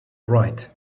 write